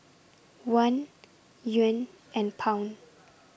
Won Yuan and Pound